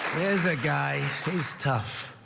there's a guy. he's tough.